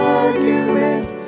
argument